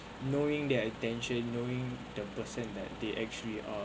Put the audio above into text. knowing their attention knowing the person that they actually are